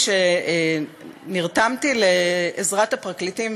כשנרתמתי לעזרת הפרקליטים,